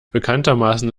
bekanntermaßen